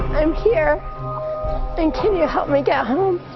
i'm here and can you help me get home?